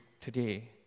today